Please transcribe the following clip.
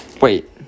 wait